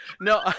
no